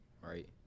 right